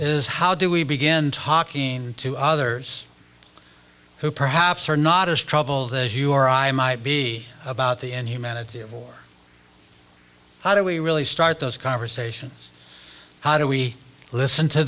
is how do we begin talking to others who perhaps are not as troubled as you or i might be about the end humanity how do we really start those conversations how do we listen to